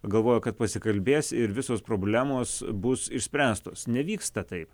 galvojo kad pasikalbės ir visos problemos bus išspręstos nevyksta taip